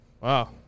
Wow